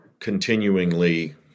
continuingly